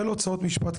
של הוצאות משפט,